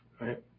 right